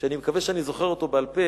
שאני מקווה שאני זוכר אותו בעל-פה.